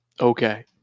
Okay